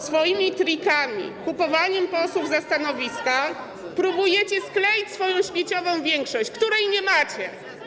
Swoimi trikami, kupowaniem posłów za stanowiska próbujecie skleić swoją śmieciową większość, której nie macie.